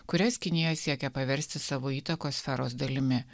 kurias kinija siekia paversti savo įtakos sferos dalimi